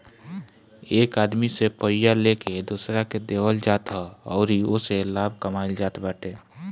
एक आदमी से पइया लेके दोसरा के देवल जात ह अउरी ओसे लाभ कमाइल जात बाटे